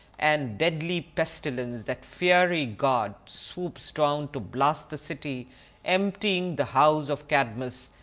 and deadly pestilence that fiery god swoops down to blast the city emptying the house of cadmus,